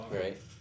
Right